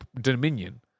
Dominion